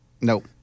Nope